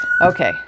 Okay